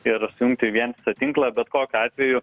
ir sujungti į vientisą tinklą bet kokiu atveju